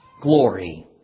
glory